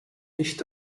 nicht